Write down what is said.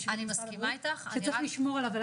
שיש לשמור עליו.